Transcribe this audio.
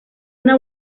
una